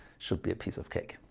should be a piece of cake.